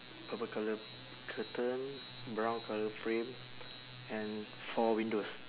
purple colour curtain brown colour frame and four windows